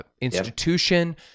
institution